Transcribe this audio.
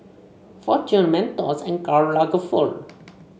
Fortune Mentos and Karl Lagerfeld